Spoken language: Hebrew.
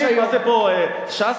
נשיא?